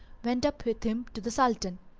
went up with him to the sultan.